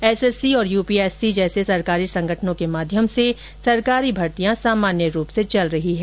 SSC और UPSC जैसे सरकारी संगठनों के माध्यम से सरकारी भर्तियां सामान्य रूप से चल रही हैं